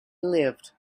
lived